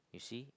you see